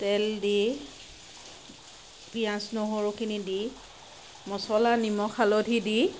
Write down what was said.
তেল দি পিঁয়াজ নহৰুখিনি দি মছলা নিমখ হালধি দি